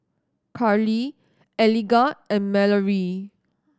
Karlee Eligah and Mallorie